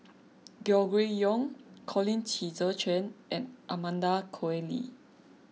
Gregory Yong Colin Qi Zhe Quan and Amanda Koe Lee